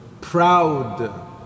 proud